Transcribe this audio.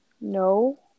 No